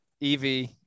Evie